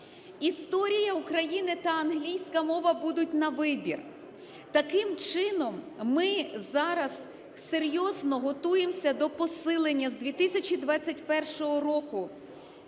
Історія України та англійська мова будуть на вибір. Таким чином, ми зараз серйозно готуємося до посилення з 2021 року